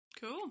Cool